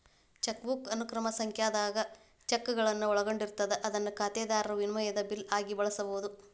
chequebook ಅನುಕ್ರಮ ಸಂಖ್ಯಾದಾಗ ಚೆಕ್ಗಳನ್ನ ಒಳಗೊಂಡಿರ್ತದ ಅದನ್ನ ಖಾತೆದಾರರು ವಿನಿಮಯದ ಬಿಲ್ ಆಗಿ ಬಳಸಬಹುದು